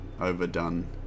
overdone